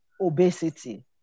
obesity